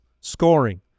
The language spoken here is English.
scoring